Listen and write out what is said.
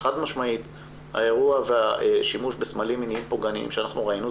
חד משמעית האירוע והשימוש בסמלים מיניים פוגעניים שראינו,